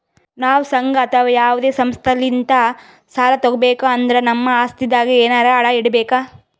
ನಾವ್ ಸಂಘ ಅಥವಾ ಯಾವದೇ ಸಂಸ್ಥಾಲಿಂತ್ ಸಾಲ ತಗೋಬೇಕ್ ಅಂದ್ರ ನಮ್ ಆಸ್ತಿದಾಗ್ ಎನರೆ ಅಡ ಇಡ್ಬೇಕ್